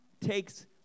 takes